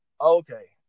Okay